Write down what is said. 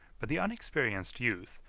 but the unexperienced youth,